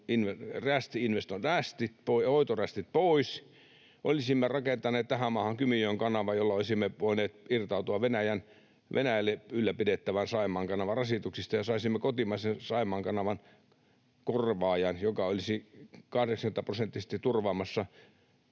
väyläverkon hoitorästit pois, olisimme rakentaneet tähän maahan Kymijoen kanavan, jolla olisimme voineet irtautua Venäjälle ylläpidettävän Saimaan kanavan rasituksista ja saisimme kotimaisen Saimaan kanavan korvaajan, joka olisi 80-prosenttisesti turvaamassa